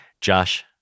josh